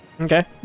Okay